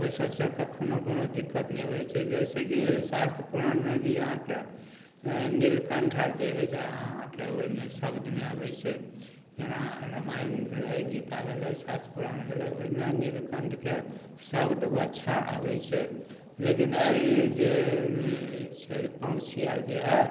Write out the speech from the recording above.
ओहिसबसँ कखनो कोनो दिक्कत नहि होइ छै जइसे कि शास्त्र पुराणमे भी अहाँके अँ नीलकण्ठ आओर जे हइ से अहाँके ओहिमे शब्दमे अबै छै जेना रामायण भेलै गीता भेलै शास्त्र पुराण भेलै ओहिमे नीलकण्ठके शब्द अच्छा आबै छै लेकिन अइ जे छै पन्छी आओर जे हइ